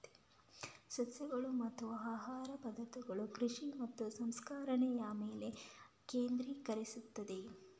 ಸಸ್ಯಗಳು ಮತ್ತು ಆಹಾರ ಪದಾರ್ಥಗಳ ಕೃಷಿ ಮತ್ತು ಸಂಸ್ಕರಣೆಯ ಮೇಲೆ ಕೇಂದ್ರೀಕರಿಸುತ್ತದೆ